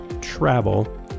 travel